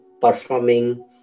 performing